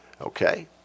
okay